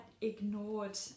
ignored